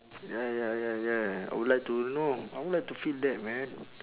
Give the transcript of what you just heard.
ya ya ya ya I would like to know I would like to feel that man